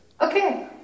Okay